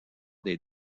des